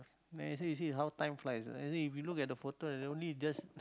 then you see you see how time flies and then if you look at the photo like only just